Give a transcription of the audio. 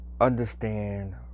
Understand